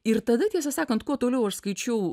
ir tada tiesą sakant kuo toliau aš skaičiau